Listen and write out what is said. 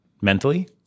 mentally